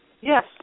Yes